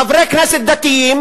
חברי כנסת דתיים